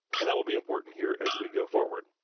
and that will be important here as we go forward.